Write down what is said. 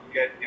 get